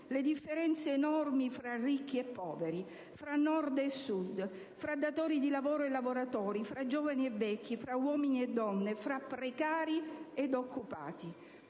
le differenze enormi fra ricchi e poveri, fra Nord e Sud, fra datori di lavoro e lavoratori, fra giovani e vecchi, fra uomini e donne, tra precari ed occupati.